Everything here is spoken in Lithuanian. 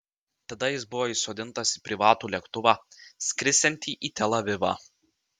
tada jis buvo įsodintas į privatų lėktuvą skrisiantį į tel avivą